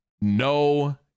no